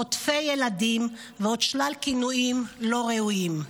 חוטפי ילדים, ועוד שלל כינויים לא ראויים.